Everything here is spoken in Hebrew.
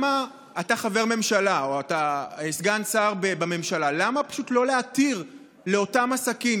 אתה חבר ממשלה או אתה סגן שר בממשלה: אותם עסקים